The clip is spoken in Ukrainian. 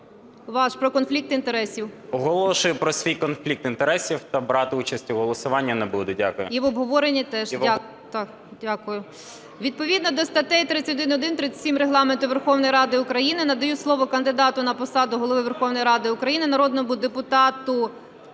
ваш про конфлікт інтересів. 14:01:38 ЛЕРОС Г.Б. Оголошую про свій конфлікт інтересів та брати участь у голосуванні не буду. Дякую. ГОЛОВУЮЧА. І в обговоренні теж. Дякую. Відповідно до статей 31-1, 37 Регламенту Верховної Ради України надаю слово кандидату на посаду Голови Верховної Ради України – народному депутату